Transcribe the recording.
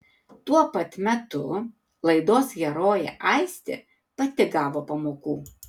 tuo pat metu laidos herojė aistė pati gavo pamokų